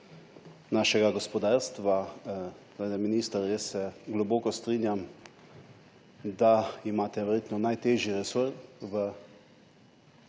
našega gospodarstva. Minister, jaz se globoko strinjam, da imate verjetno najtežji resor v